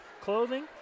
clothing